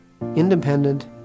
Independent